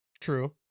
True